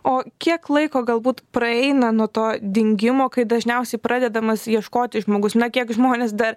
o kiek laiko galbūt praeina nuo to dingimo kai dažniausiai pradedamas ieškoti žmogus na kiek žmonės dar